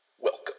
welcome